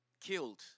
killed